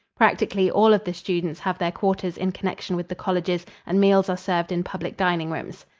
practically all of the students have their quarters in connection with the colleges and meals are served in public dining rooms.